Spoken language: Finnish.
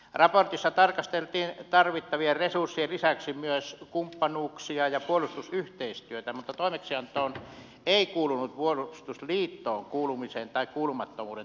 raportissa tarkasteltiin tarvittavien resurssien lisäksi myös kumppanuuksia ja puolustusyhteistyötä mutta toimeksiantoon ei kuulunut puolustusliittoon kuulumisen tai kuulumattomuuden tarkastelu